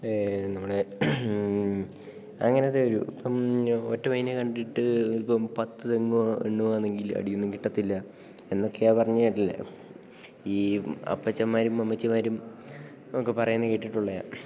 നമ്മളെ അങ്ങനത്തെ ഒരു ഇപ്പം ഒറ്റ മൈനേനെ കണ്ടിട്ട് ഇപ്പം പത്ത് തെങ്ങ് എണ്ണുവാണെങ്കില് അടിയൊന്നും കിട്ടത്തില്ല എന്നൊക്കെയാണ് പറഞ്ഞെ കേട്ടിട്ടുള്ളത് ഈ അപ്പച്ചമ്മാരും അമ്മച്ചിമാരും ഒക്കെ പറയുന്നത് കേട്ടിട്ടുള്ളത്